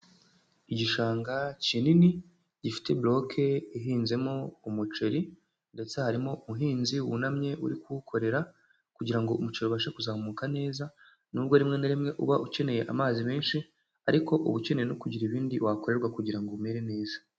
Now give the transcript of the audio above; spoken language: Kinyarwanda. Igishanga kinini gifite boloke ihinzemo umuceri ndetse harimo umuhinzi wunamye uri kuwukorera kugira ngo umuceri ubashe kuzamuka neza, nubwo rimwe na rimwe uba ukeneye amazi menshi ariko ubu ukene no kugira ibindi wakorerwa kugira ngo umere neza.